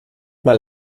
mal